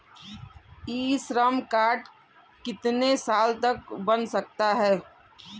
ई Shram card कितने साल तक बन सकता है?